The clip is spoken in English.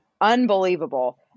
Unbelievable